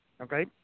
Okay